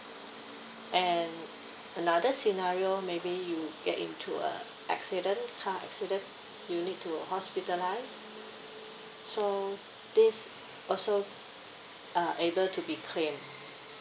and another scenario maybe you get into a accident car accident you need to hospitalise so this also uh able to be claim